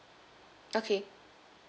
okay